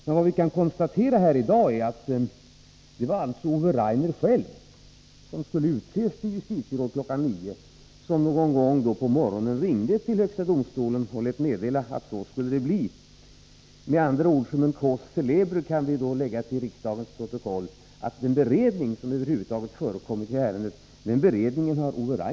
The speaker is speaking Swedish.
I dag kan vi emellertid konstatera att det alltså var Ove Rainer själv — som skulle utses till justitieråd kl. 9 — som någon gång på morgonen ringde till högsta domstolen och lät meddela att så skulle det bli. Som en cause célebre kan vi då föra in i riksdagens protokoll att den beredning som över huvud taget förekommit i ärendet har Ove Rainer stått för.